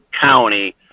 county